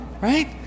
right